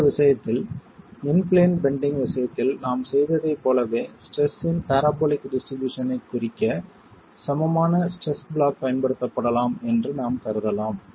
இந்த விஷயத்தில் இன் பிளேன் பெண்டிங் விஷயத்தில் நாம் செய்ததைப் போலவே ஸ்ட்ரெஸ் இன் பரபோலிக் டிஸ்ட்ரிபியூஷன் ஐக் குறிக்க சமமான ஸ்ட்ரெஸ் ப்ளாக் பயன்படுத்தப்படலாம் என்று நாம் கருதலாம்